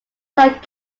sound